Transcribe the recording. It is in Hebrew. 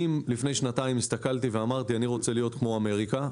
לפני שנתיים הסתכלתי ואמרתי שאני רוצה להיות כמו אמריקה,